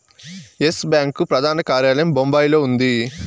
yes Bank ప్రధాన కార్యాలయం బొంబాయిలో ఉంది